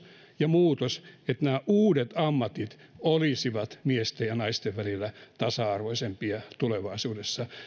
ja muutosta niin että nämä uudet ammatit olisivat miesten ja naisten välillä tasa arvoisempia tulevaisuudessa